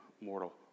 mortal